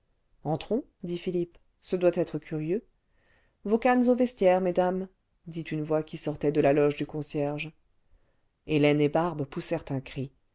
entrons dit philippe ce doit être curieux vos cannes au vestiaire mesdames dit une voix qui sortait de la loge du concierge hélène et barbe poussèrent un cri